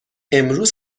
امروز